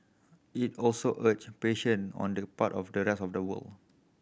it also urged patient on the part of the rest of the world